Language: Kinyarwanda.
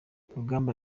rugamba